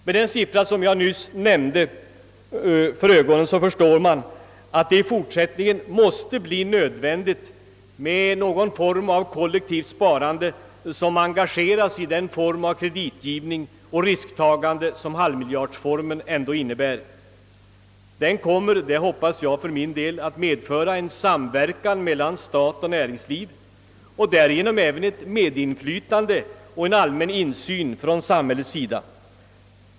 Med den förstnämnda siffran för ögonen förstår man, att det i fortsättningen blir nödvändigt med ett kollektivt sparande som engageras i den form av kreditgivning och risktagande som halvmiljardfonden innebär. Det kommer att medföra, hoppas jag, en samverkan mellan stat och näringsliv och därigenom även ett medinflytande och en allmän insyn från samhällets sida.